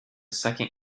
second